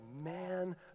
man